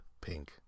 pink